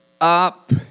up